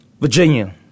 Virginia